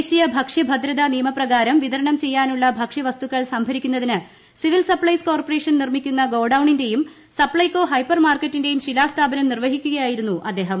ദേശീയ ഭക്ഷ്യ്ടഭൂദ്ദത്ാ നിയമപ്രകാരം വിതരണം ചെയ്യാനുള്ള ഭക്ഷ്യവസ്തുക്ക്ൾ സംഭരിക്കുന്നതിന് സിവിൽ സപ്ലൈസ് കോർപ്പറേഷൻ ് നിർമ്മിക്കുന്ന ഗോഡൌണിന്റെയും സപ്ലൈക്കോ ഹൈപ്പർമാർക്കറ്റിന്റെയും ശിലാസ്ഥാപനം നിർവ്വഹിക്കുകയായിരു്നു് ് അദ്ദേഹം